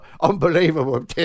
unbelievable